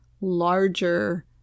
larger